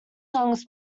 songs